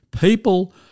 People